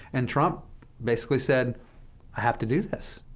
and trump basically said i have to do this.